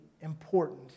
important